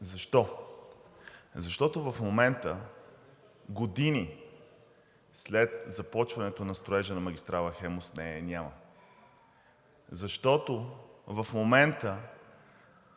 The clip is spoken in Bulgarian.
Защо? Защото в момента години след започването на строежа на магистрала „Хемус“ нея я няма. Защото в момента